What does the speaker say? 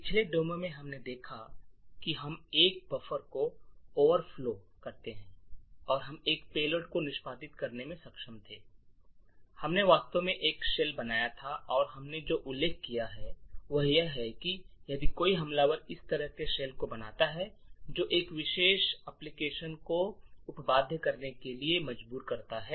पिछले डेमो में हमने देखा कि हम एक बफर को ओवरफ्लो करते हैं और हम एक पेलोड को निष्पादित करने में सक्षम थे और हमने वास्तव में एक शेल बनाया था और हमने जो उल्लेख किया है वह यह है कि यदि कोई हमलावर इस तरह के शेल को बनाता है जो एक विशेष एप्लिकेशन को उप बाध्य करने के लिए मजबूर करता है